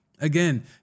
Again